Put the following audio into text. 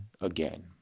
again